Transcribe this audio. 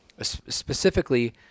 Specifically